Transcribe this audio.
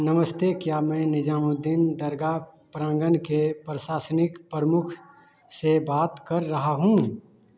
नमस्ते क्या मैं निज़ामुद्दीन दरगाह प्रांगन के प्रशासनिक प्रमुख से बात कर रहा हूँ